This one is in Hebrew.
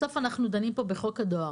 בסוף אנחנו דנים פה בחוק הדואר.